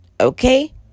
Okay